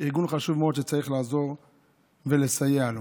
ארגון חשוב מאוד, ןצריך לעזור ולסייע לו.